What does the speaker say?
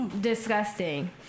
disgusting